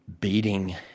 beating